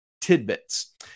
tidbits